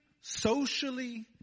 socially